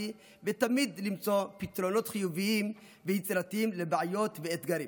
ותמיד למצוא פתרונות חיוביים ויצירתיים לבעיות ואתגרים,